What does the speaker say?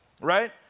right